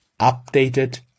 updated